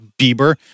Bieber